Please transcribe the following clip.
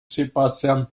sebastian